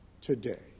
today